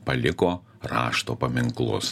paliko rašto paminklus